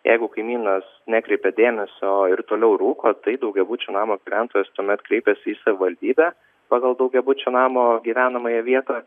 jeigu kaimynas nekreipia dėmesio ir toliau rūko tai daugiabučio namo gyventojas tuomet kreipiasi į savivaldybę pagal daugiabučio namo gyvenamąją vietą